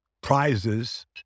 prizes